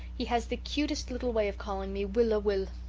he has the cutest little way of calling me willa-will.